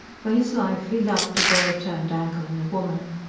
for his life he loved a well-turned ankle in a woman.